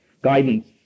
guidance